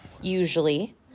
usually